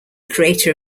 creator